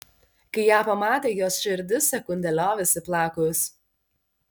kai ją pamatė jos širdis sekundę liovėsi plakus